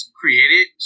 created